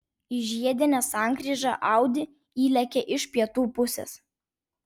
į žiedinę sankryžą audi įlėkė iš pietų pusės